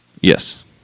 Yes